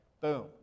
Boom